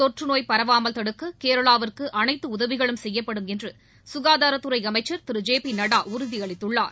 தொற்றுநோய் பரவாமல் தடுக்க கேரளாவிற்கு அனைத்து உதவிகளும் செய்யப்படும் என்று சுகாதாரத்துறை அமைச்சர் திரு ஜே பி நட்டா உறுதியளித்துள்ளார்